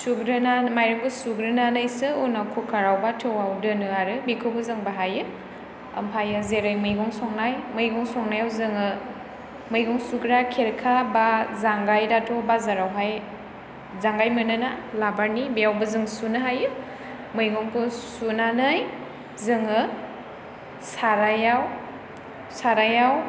सुग्रोनानै माइरंखौ सुग्रोनानैसो उनाव कुकार बा थौआव दोनो आरो बेखौबो जों बाहायो ओमफ्रायो जों जेरै मैगं संनाय मैगं संनायाव जोङो मैगं सुग्रा खेरखा बा जांगाइ दाथ' बाजारावहाय जांगाइ मोनो ना लाबारनि बेयावबो जों सुनो हायो मैगंखौ सुनानै जोङो साराइयाव